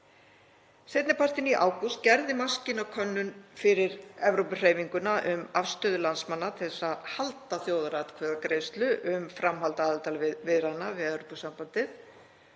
Seinni partinn í ágúst gerði Maskína könnun fyrir Evrópuhreyfinguna um afstöðu landsmanna til að halda þjóðaratkvæðagreiðslu um framhald aðildarviðræðna við Evrópusambandið,